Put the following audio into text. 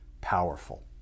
powerful